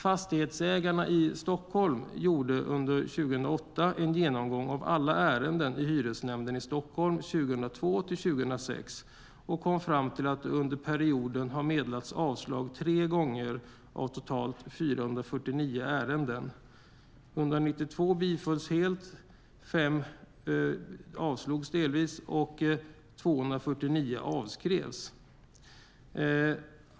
Fastighetsägarna i Stockholm gjorde under 2008 en genomgång av alla ärenden i hyresnämnden i Stockholm 2002-2006. Man kom fram till att det under perioden hade meddelats avslag 3 gånger av totalt 449 ärenden. 192 bifölls helt, 5 avslogs delvis och 249 avskrevs.